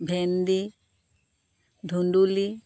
ভেন্দি ধুন্দুলি